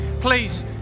please